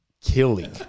killing